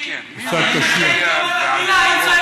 בננות,